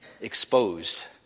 exposed